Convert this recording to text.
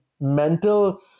mental